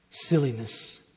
silliness